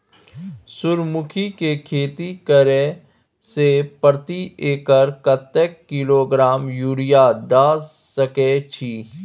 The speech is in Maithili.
सूर्यमुखी के खेती करे से प्रति एकर कतेक किलोग्राम यूरिया द सके छी?